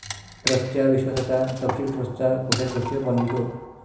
ट्रस्टच्या विश्वासाचा तपशील ट्रस्टचा कोषाध्यक्ष बनवितो